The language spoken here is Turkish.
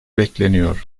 bekleniyor